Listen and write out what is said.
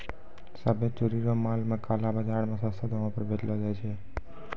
सभ्भे चोरी रो माल के काला बाजार मे सस्तो दामो पर बेचलो जाय छै